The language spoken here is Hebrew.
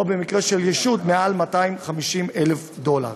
או במקרה של ישות על 250,000 דולר.